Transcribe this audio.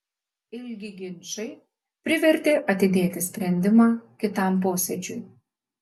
ilgi ginčai privertė atidėti sprendimą kitam posėdžiui